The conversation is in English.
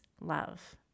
love